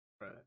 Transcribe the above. Right